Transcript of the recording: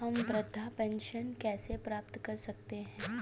हम वृद्धावस्था पेंशन कैसे प्राप्त कर सकते हैं?